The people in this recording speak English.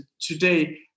today